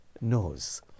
knows